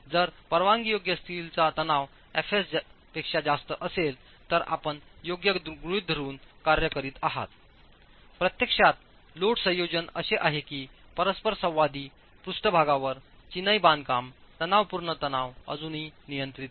जर परवानगीयोग्य स्टीलचा ताण एफएस जास्त असेल तर आपण योग्य गृहित धरून कार्य करीत आहातप्रत्यक्षात लोड संयोजन असे आहे की परस्परसंवादी पृष्ठभागावर चिनाई बांधकाम तणावपूर्ण तणाव अजूनही नियंत्रित करते